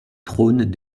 trône